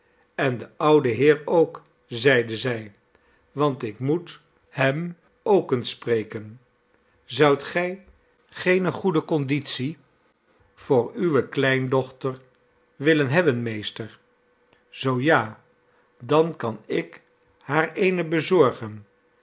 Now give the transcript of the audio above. en de oude heer ook zeide zij want ik moet hem ook eens spreken zoudt gij geene goede conditie voor uwe kleindochter willen hebben meester zoo ja dan kan ik er haar eene bezorgen